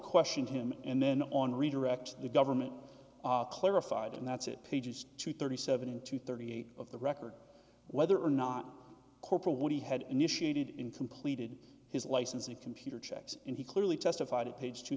questioned him and then on redirect the government clarified and that's it pages two thirty seven to thirty eight of the record whether or not corporal what he had initiated in completed his license and computer checked in he clearly testified at page two